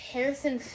Harrison